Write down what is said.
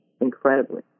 incredibly